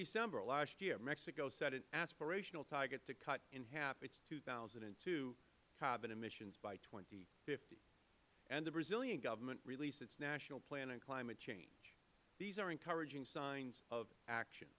december last year mexico set an aspirational target to cut in half its two thousand and two carbon emissions by two thousand and fifty and the brazilian government released its national plan on climate change these are encouraging signs of action